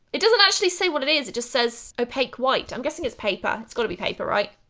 it doesn't actually say what it is. it just says opaque white. i'm guessing it's paper, it's got to be paper, right?